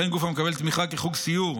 וכן גוף המקבל תמיכה כחוג סיור,